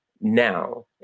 now